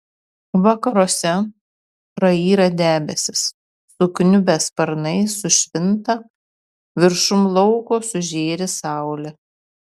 vakaruose prayra debesys sukniubę sparnai sušvinta viršum lauko sužėri saulė